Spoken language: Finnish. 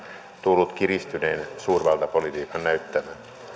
tullut kiristyneen suurvaltapolitiikan näyttämö